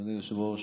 אדוני היושב-ראש,